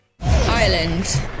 Ireland